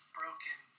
broken